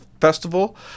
Festival